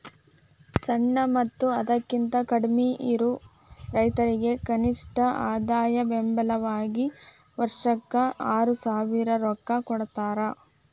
ಸಣ್ಣ ಮತ್ತ ಅದಕಿಂತ ಕಡ್ಮಿಯಿರು ರೈತರಿಗೆ ಕನಿಷ್ಠ ಆದಾಯ ಬೆಂಬಲ ವಾಗಿ ವರ್ಷಕ್ಕ ಆರಸಾವಿರ ರೊಕ್ಕಾ ಕೊಡತಾರ